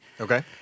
Okay